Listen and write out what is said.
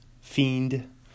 fiend